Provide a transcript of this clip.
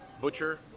Butcher